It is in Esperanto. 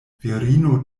virino